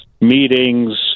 meetings